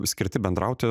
skirti bendrauti